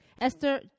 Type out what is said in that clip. Esther